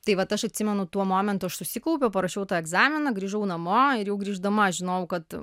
tai vat aš atsimenu tuo momentu aš susikaupiau parašiau tą egzaminą grįžau namo ir jau grįždama žinojau kad